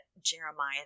Jeremiah